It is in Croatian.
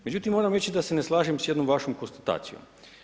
Međutim, moram reći da se ne slažem sa jednom vašom konstatacijom.